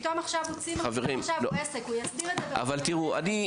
פתאום הוא עכשיו עסק ודרוש רישיון עסק.